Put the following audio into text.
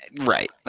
Right